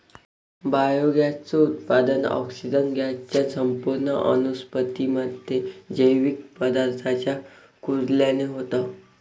biogas च उत्पादन, oxygen gas च्या संपूर्ण अनुपस्थितीमध्ये, जैविक पदार्थांच्या कुजल्याने होतं